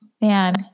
Man